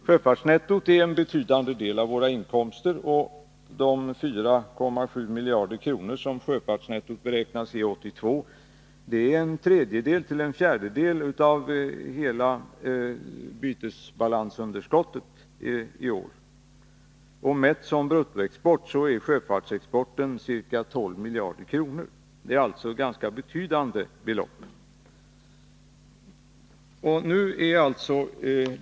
Sjöfartsnettot är en betydande del av vårt lands inkomster. De 4,7 miljarder kronor som sjöfartsnettot beräknas ge 1982 är mellan en tredjedel och en fjärdedel av hela bytesbalansunderskottet i år. Mätt som bruttoexport uppgår sjöfartsexporten till ca 12 miljarder kronor. Det är alltså fråga om ganska betydande belopp.